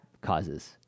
causes